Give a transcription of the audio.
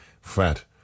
fat